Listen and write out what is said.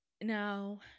Now